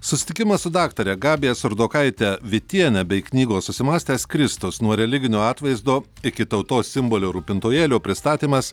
susitikimas su daktare gabija surdokaitė vitiene bei knygos susimąstęs kristus nuo religinio atvaizdo iki tautos simbolio rūpintojėlio pristatymas